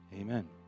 Amen